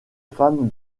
femme